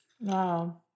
Wow